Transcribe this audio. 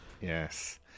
Yes